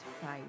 fight